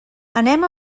anem